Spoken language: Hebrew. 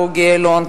בוגי יעלון,